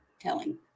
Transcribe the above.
telling